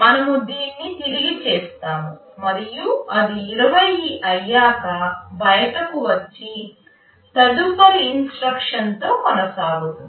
మనము దీన్ని తిరిగి చేస్తాము మరియు అది 20 అయ్యాక బయటకు వచ్చి తదుపరి ఇన్స్ట్రక్షన్లతో కొనసాగుతుంది